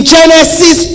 Genesis